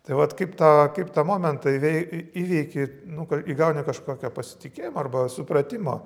tai vat kaip tą kaip tą momentą ivei įveiki nu ka įgauni kažkokio pasitikėjimo arba supratimo